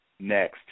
next